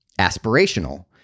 aspirational